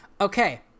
okay